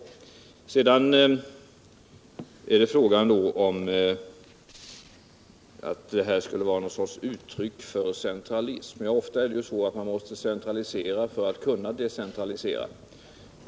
Vad sedan gäller frågan om det aktuella utredningsuppdraget skulle vara någon sorts uttryck för centralism är det ju ofta så att man måste centralisera föratt kunna decentralisera.